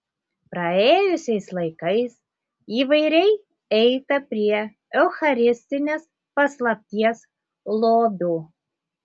praėjusiais laikais įvairiai eita prie eucharistinės paslapties lobių